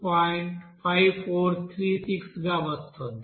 5436 గా వస్తోంది